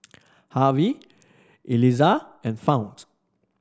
Harvy Elizah and Fount